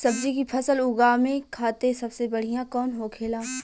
सब्जी की फसल उगा में खाते सबसे बढ़ियां कौन होखेला?